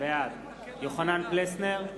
בעד יוחנן פלסנר,